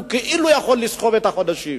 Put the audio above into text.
והוא כאילו יכול לסחוב את החודשים.